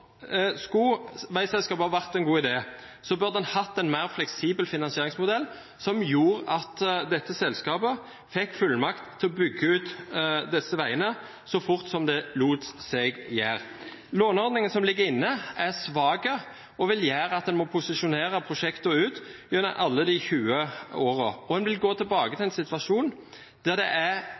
Skulle veiselskapet ha vært en god idé, burde en hatt en mer fleksibel finansieringsmodell som gjorde at dette selskapet fikk fullmakt til å bygge ut disse veiene så fort det lot seg gjøre. Låneordningen som ligger inne, er svak og vil gjøre at en må porsjonere prosjektene ut gjennom alle de 20 årene, og en vil gå tilbake til en situasjon der det er